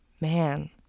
man